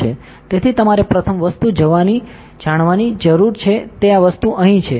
તેથી તમારે પ્રથમ વસ્તુ જવાની છે તે આ વસ્તુ અહીં છે